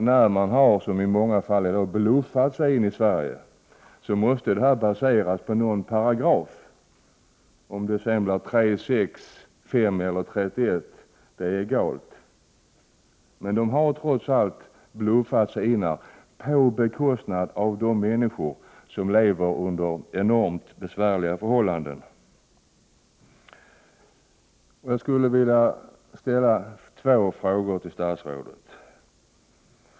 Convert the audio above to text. När man, som i många fall i dag, har bluffat sig in i Sverige måste ställningstagandet baseras på någon paragraf. Om det sedan blir paragraf 3, 5, 6 eller 31 är egalt. Men de har trots allt bluffat sig in här på bekostnad av de människor som lever under enormt besvärliga förhållanden. Jag skulle vilja ställa två frågor till statsrådet.